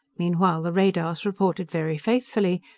meanwhile the radars reported very faintfully,